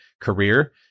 career